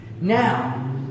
Now